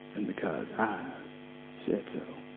and because i said so.